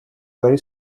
very